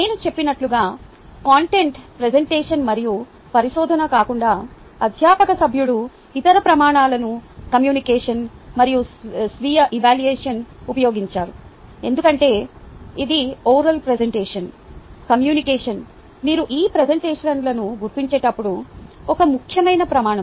నేను చెప్పినట్లుగా content presentation మరియు పరిశోధన కాకుండా అధ్యాపక సభ్యుడు ఇతర ప్రమాణాలు కమ్యూనికేషన్ మరియు స్వీయ ఎవాల్యువషన్ ఉపయోగించారు ఎందుకంటే ఇది ఓరల్ ప్రెజెంటేషన్ కమ్యూనికేషన్ మీరు ఈ ప్రెజెంటేషన్లను గుర్తించేటప్పుడు ఒక ముఖ్యమైన ప్రమాణం